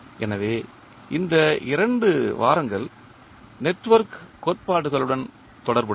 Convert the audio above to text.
எனவே இந்த இரண்டு வாரங்கள் நெட்வொர்க் கோட்பாடுகளுடன் தொடர்புடையவை